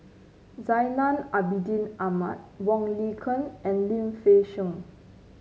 Zainal Abidin Ahmad Wong Lin Ken and Lim Fei Shen